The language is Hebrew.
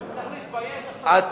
הוא צריך להתבייש,